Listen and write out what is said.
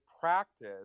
practice